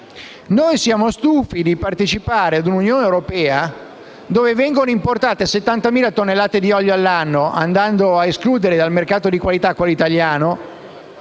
Siamo stufi di partecipare a un'Unione europea in cui vengono importate 70.000 tonnellate di olio all'anno, escludendo dal mercato di qualità quello italiano,